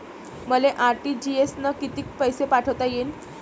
मले आर.टी.जी.एस न कितीक पैसे पाठवता येईन?